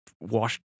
washed